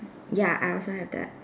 ya I also have that